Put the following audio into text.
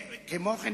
כמו כן,